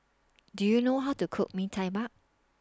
Do YOU know How to Cook Bee Tai Mak